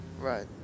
Right